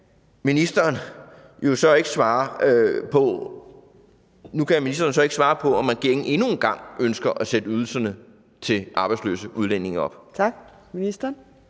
ministeren jo så ikke svare på, om man endnu en gang ønsker at sætte ydelserne til arbejdsløse udlændinge op.